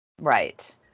Right